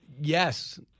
Yes